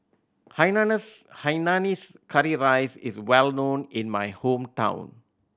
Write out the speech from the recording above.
hainanese hainanese curry rice is well known in my hometown